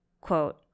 Quote